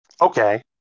Okay